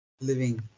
living